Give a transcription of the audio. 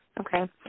okay